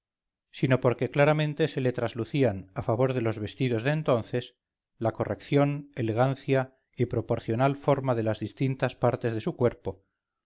sino porque claramente se le traslucían a favor de los vestidos de entonces la corrección elegancia y proporcional forma de las distintas partes de su cuerpo